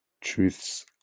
truths